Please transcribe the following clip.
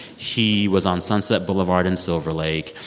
he was on sunset boulevard in silver lake.